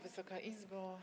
Wysoka Izbo!